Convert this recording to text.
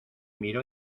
miró